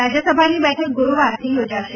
રાજ્યસભાની બેઠક ગુરૂવારથી યોજાશે